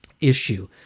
issue